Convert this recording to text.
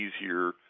easier